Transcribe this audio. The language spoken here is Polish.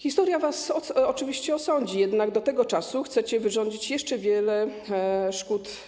Historia was oczywiście osądzi, jednak do tego czasu chcecie wyrządzić ludziom jeszcze wiele szkód.